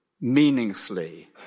meaninglessly